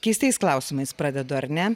keistais klausimais pradedu ar ne